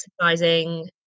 exercising